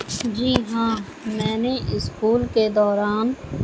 جی ہاں میں نے اسکول کے دوران